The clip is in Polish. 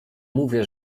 mówię